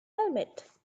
helmet